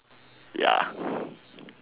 ya